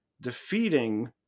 defeating